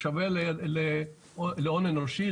ושווה להון אנושי,